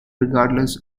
regardless